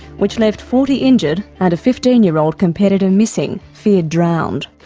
which left forty injured and a fifteen year old competitor missing, feared drowned.